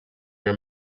your